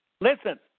listen